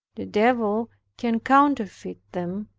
the devil can counterfeit them,